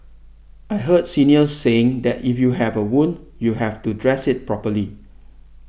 I heard seniors saying that if you have a wound you have to dress it properly